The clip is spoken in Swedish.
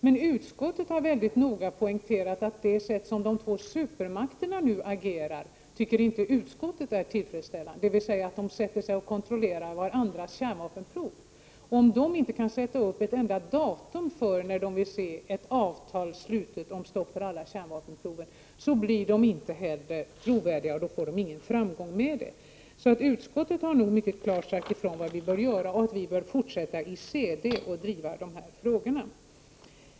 Men utskottet har väldigt noga poängterat att det sätt på vilket de två supermakterna nu agerar inte är tillfredsställande, dvs. att de kontrollerar varandras kärnvapenprov. Om de inte kan fastställa ett enda datum för när de vill se ett avtal slutet om stopp för alla kärnvapenprov, blir de inte trovärdiga. Då får heller inte detta arbetssätt någon framgång. Jag tycker nog att utskottet mycket klart har sagt vad vi bör göra. Sverige bör fortsätta att driva provstoppsfrågan i CD.